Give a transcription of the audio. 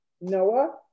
Noah